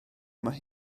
mae